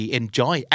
enjoy